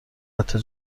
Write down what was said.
حتی